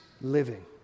living